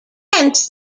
hence